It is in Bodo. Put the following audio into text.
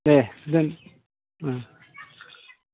देह दोन ओ